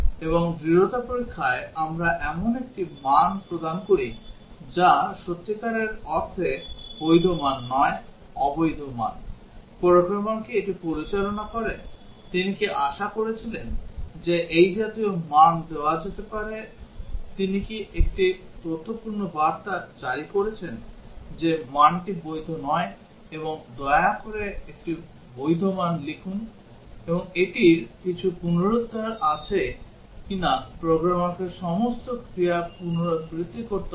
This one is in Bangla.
এবং দৃঢ়তা পরীক্ষায় আমরা একটি এমন মান প্রদান করি যা সত্যিকার অর্থে বৈধ মান নয় অবৈধ মান প্রোগ্রামার কি এটি পরিচালনা করে তিনি কি আশা করেছিলেন যে এই জাতীয় মান দেওয়া যেতে পারে তিনি কি একটি তথ্যপূর্ণ বার্তা জারি করেছেন যে মানটি বৈধ নয় এবং দয়া করে একটি বৈধ মান লিখুন এবং এটির কিছু পুনরুদ্ধার আছে কি নাকি প্রোগ্রামারকে সমস্ত ক্রিয়া পুনরাবৃত্তি করতে হবে